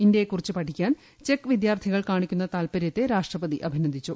ഇന്ത്യയെ കുറിച്ച് പഠിക്കാൻ ചെക്ക് വിദ്യാർത്ഥികൾ കാണിക്കുന്ന താൽപര്യത്തെ രാഷ്ട്രപതി അഭിനന്ദിച്ചു